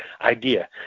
idea